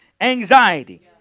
Anxiety